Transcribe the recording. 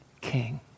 king